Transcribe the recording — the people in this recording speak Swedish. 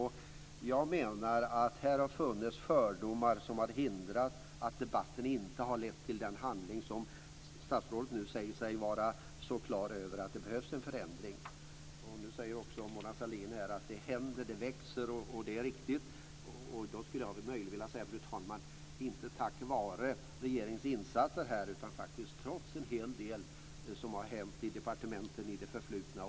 Här har tidigare funnits fördomar som har förhindrat att debatten inte har lett till den handling som statsrådet nu säger sig vara så klar över, att det behövs en förändring. Mona Sahlin sade också att det händer mycket inom tjänstesektorn och att denna sektor växer, och det är riktigt, men det är inte tack vare regeringens insatser utan det är trots en hel del som har hänt i departementen i det förflutna.